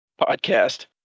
podcast